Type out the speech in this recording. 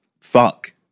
fuck